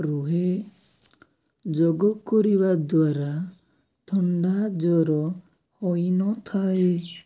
ରୁହେ ଯୋଗ କରିବା ଦ୍ୱାରା ଥଣ୍ଡା ଜ୍ୱର ହୋଇନଥାଏ